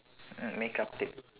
makeup tips